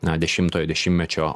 na dešimtojo dešimtmečio